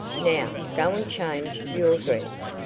now, go and change your dress.